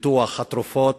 והפיתוח של התרופות,